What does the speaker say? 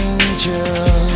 Angel